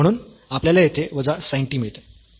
म्हणून आपल्याला येथे वजा sin t मिळते